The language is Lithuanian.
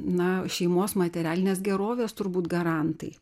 na šeimos materialinės gerovės turbūt garantai